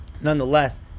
nonetheless